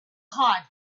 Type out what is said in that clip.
hot